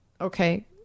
Okay